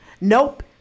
nope